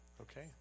okay